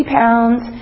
pounds